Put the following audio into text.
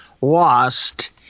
lost